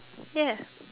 ya